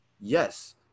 yes